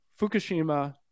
Fukushima